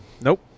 Nope